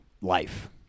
life